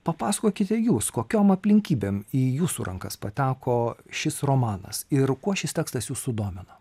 papasakokite jūs kokiom aplinkybėm į jūsų rankas pateko šis romanas ir kuo šis tekstas jus sudomino